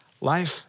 life